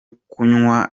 kunywa